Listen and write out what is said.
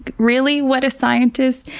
really, what a scientist,